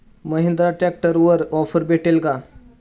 महिंद्रा ट्रॅक्टरवर ऑफर भेटेल का?